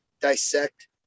dissect